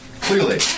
Clearly